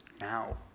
now